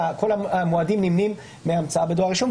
וכל המועדים נמנים מהמצאה בדואר רשום,